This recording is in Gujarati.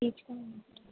એ જ કામ